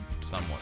somewhat